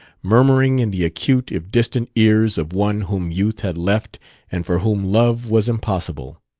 murmuring in the acute if distant ears of one whom youth had left and for whom love was impossible.